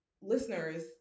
listeners